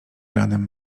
ranem